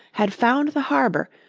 had found the harbour,